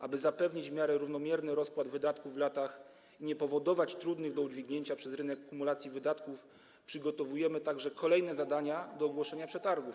Aby zapewnić w miarę równomierny rozkład wydatków w kolejnych latach i nie powodować trudnych do udźwignięcia przez rynek kumulacji wydatków, przygotowujemy także kolejne zadania do ogłoszenia przetargów.